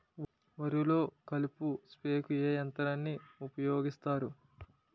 వరిలో కలుపు స్ప్రేకు ఏ యంత్రాన్ని ఊపాయోగిస్తారు?